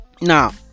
Now